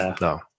No